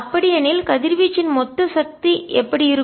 அப்படியெனில் கதிர்வீச்சின் மொத்த சக்தி எப்படி இருக்கும்